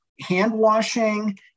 hand-washing